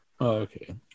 Okay